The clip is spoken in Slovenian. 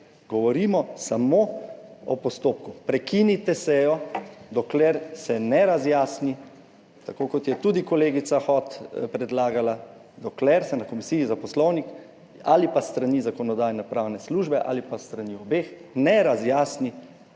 govorimo samo o postopku. Prekinite sejo, dokler se ne razjasni, tako kot je tudi kolegica Hot predlagala, dokler se na Komisiji za Poslovnik ali pa s strani Zakonodajno-pravne službe ali pa s strani obeh ne razjasni,